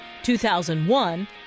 2001 –